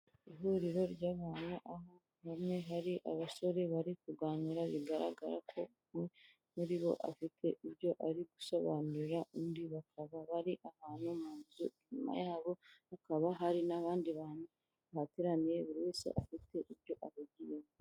Ihuriro ry'abantu, aho hamwe hari abasore bari kurwanira bigaragara ko umwe muri bo afite ibyo ari gusobanurira undi, bakaba bari ahantu mu nzu, inyuma yabo hakaba hari n'abandi bantu bahateraniye buri wese afite icyo ahugiyeho.